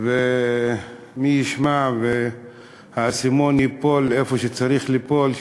ומי ייתן והאסימון ייפול איפה שהוא צריך ליפול,